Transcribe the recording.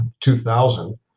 2000